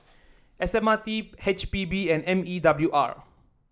S M R T H P B and M E W R